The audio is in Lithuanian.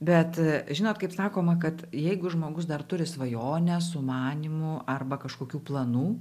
bet žinot kaip sakoma kad jeigu žmogus dar turi svajonę sumanymų arba kažkokių planų